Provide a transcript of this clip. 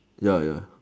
ya ya